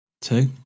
two